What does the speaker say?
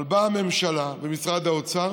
באה הממשלה, ומשרד האוצר